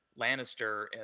Lannister